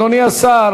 אדוני השר